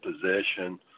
position